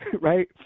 right